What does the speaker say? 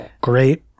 Great